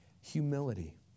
Humility